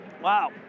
Wow